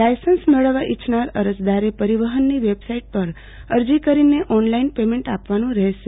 licence મેળવવા ઈચ્છનાર અરજદારે પરિવફનની વેબસાઈટ પર અરજી કરીને ઓનલાઈન પેમેન્ટ આપવાનું રહેશે